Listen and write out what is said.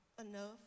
enough